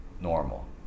normal